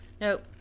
Nope